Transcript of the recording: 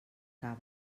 cava